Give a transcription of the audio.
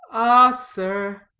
ah sir,